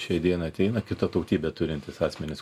šiai dienai ateina kitą tautybę turintys asmenys